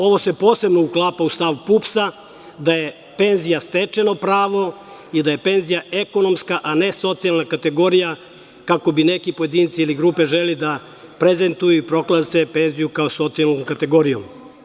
Ovo se posebno uklapa u stav PUPS, da je penzija stečeno pravo i da je penzija ekonomska a ne socijalna kategorija, kako bi neki pojedinci ili grupe hteli da prezentuju i proglase penziju kao socijalnu kategoriju.